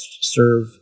serve